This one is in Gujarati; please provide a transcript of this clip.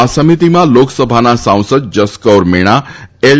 આ સમિતિમાં લોકસભાના સાંસદ જસકૌર મીણા એલ